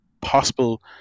possible